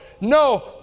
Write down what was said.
No